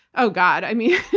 oh god, i mean,